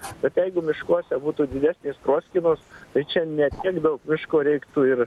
bet jeigu miškuose būtų didesnės proskynos tai čia ne tiek daug miško reiktų ir